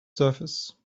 surface